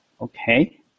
Okay